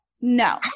no